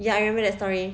ya I remember that story